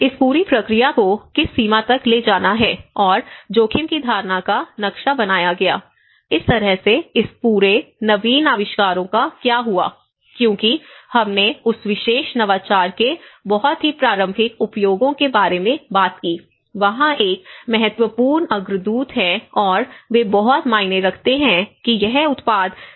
इस पूरी प्रक्रिया को किस सीमा तक ले जाना है और जोखिम की धारणा का नक्शा बनाया गया इस तरह से इस पूरे नवीन आविष्कारों का क्या हुआ क्योंकि हमने उस विशेष नवाचार के बहुत ही प्रारंभिक उपयोगों के बारे में बात की वहाँ एक महत्वपूर्ण अग्रदूत हैं और वे बहुत मायने रखते हैं कि यह उत्पाद की समझ कैसे पूरी हुई